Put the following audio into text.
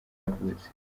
yavutse